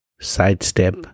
sidestep